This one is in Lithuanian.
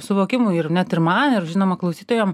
suvokimui ir net ir man ir žinoma klausytojam